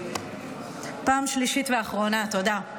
פעם שלישית ואחרונה, תודה.